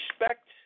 respect